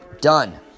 Done